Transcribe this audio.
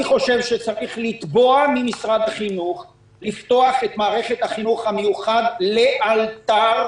אני חושב שצריך לתבוע ממשרד החינוך לפתוח את מערכת החינוך המיוחד לאלתר,